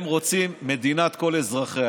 הם רוצים מדינת כל אזרחיה.